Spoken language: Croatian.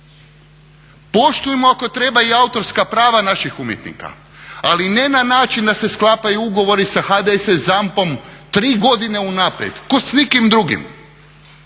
Poštujmo ako treba i autorska prava naših umjetnika ali ne način da se sklapaju ugovori sa HDS ZAMP-om tri godine unaprijed kao s nikim drugim.